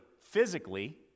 physically